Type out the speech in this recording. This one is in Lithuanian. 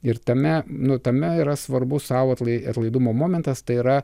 ir tame nu tame yra svarbus sau atlaidumo momentas tai yra